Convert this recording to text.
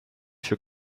für